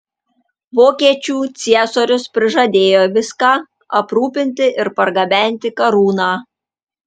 vokiečių ciesorius prižadėjo viską aprūpinti ir pergabenti karūną